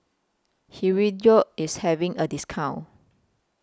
Hirudoid IS having A discount